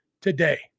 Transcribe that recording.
today